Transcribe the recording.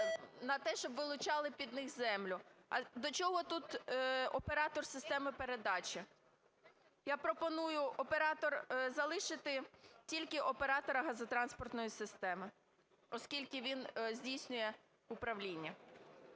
на те, щоб вилучали під них землю. До чого тут оператор системи передачі? Я пропоную "оператор" залишити, тільки "оператора газотранспортної системи", оскільки він здійснює управління.